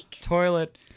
toilet